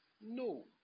No